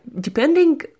depending